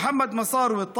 מוחמד מסארווה,